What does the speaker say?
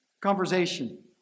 conversation